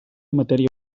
matèria